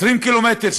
20 קילומטר,